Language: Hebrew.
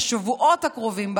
השבועות הקרובים,